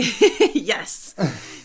Yes